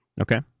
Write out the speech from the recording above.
Okay